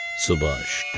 subash.